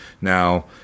Now